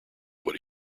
what